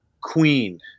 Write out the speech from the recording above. Queen